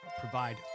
provide